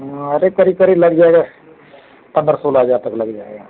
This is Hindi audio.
अरे करीब करीब लग जाएगा पंद्रह सोलह हज़ार तक लग जाएगा